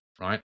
Right